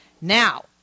Now